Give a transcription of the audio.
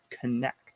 connect